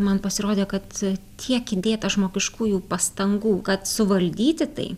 man pasirodė kad tiek įdėta žmogiškųjų pastangų kad suvaldyti tai